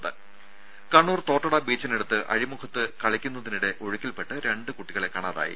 രുര കണ്ണൂർ തോട്ടട ബീച്ചിനടുത്ത് അഴിമുഖത്ത് കളിക്കുന്നതിനിടെ ഒഴുക്കിൽപ്പെട്ട് രണ്ട് കുട്ടികളെ കാണാതായി